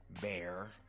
bear